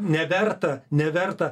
neverta neverta